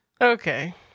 Okay